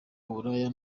uburaya